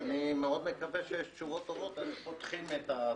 אני מאוד מקווה שיש תשובות טובות וכי פותחים את הדלתות,